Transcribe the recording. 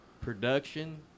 Production